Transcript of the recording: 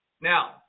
Now